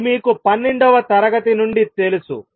ఇది మీకు పన్నెండవ తరగతి నుండి తెలుసు